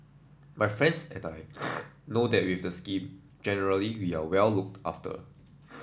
my friends and I know that with the scheme generally we are well looked after